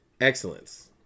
excellence